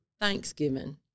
Thanksgiving